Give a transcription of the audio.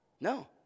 No